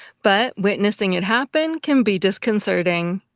but witnessing it happen can be disconcerting.